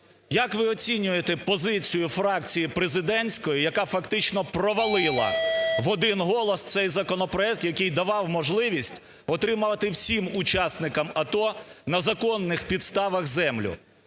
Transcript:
як ви оцінюєте позицію фракції президентської, яка фактично провалила в один голос цей законопроект, який давав можливість отримувати всім учасникам АТО на законних підставах землю?